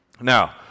now